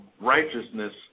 righteousness